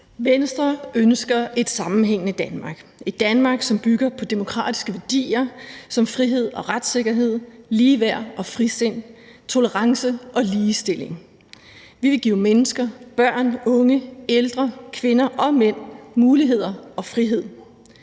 Venstre ønsker et sammenhængende Danmark – et Danmark, som bygger på demokratiske værdier som frihed og retssikkerhed, ligeværd og frisind, tolerance og ligestilling. Vi vil give mennesker – børn, unge, ældre, kvinder og mænd – muligheder og frihed.